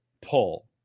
pull